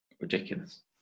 ridiculous